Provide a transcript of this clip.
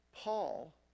Paul